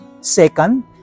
second